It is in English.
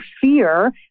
fear